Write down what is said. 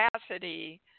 capacity